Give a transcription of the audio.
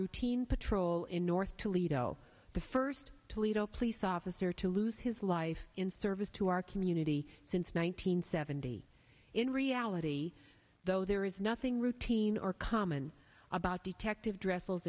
routine patrol in north toledo the first toledo police officer to lose his life in service to our community since one nine hundred seventy in reality though there is nothing routine or common about detective dre